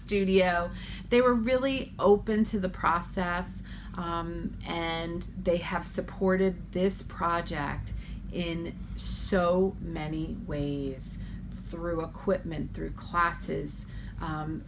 studio they were really open to the process and they have supported this project in so many ways through equipment through classes